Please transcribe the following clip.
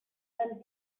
than